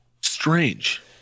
Strange